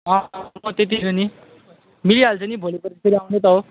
अँ म त्यतिखेर नि मिलिहाल्छ नि भोलिपर्सितिर आउने त हो